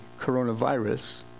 coronavirus